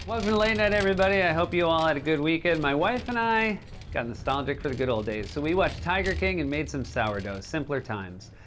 welcome to late night everybody. i hope you all had a good weekend. my wife and i got nostalgic for the good ol' days, so we watched tiger king and made some sourdough. simpler times.